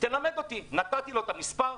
נתתי לו את המספר,